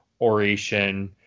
oration